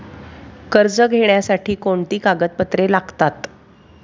कर्ज घेण्यासाठी कोणती कागदपत्रे लागतात?